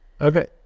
okay